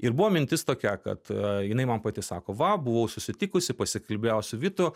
ir buvo mintis tokia kad jinai man pati sako va buvau susitikusi pasikalbėjau su vitu